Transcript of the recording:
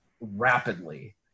rapidly